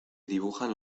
dibujan